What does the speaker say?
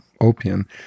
opium